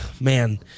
man